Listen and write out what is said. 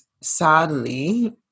sadly